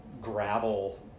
gravel